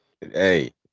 Hey